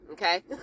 Okay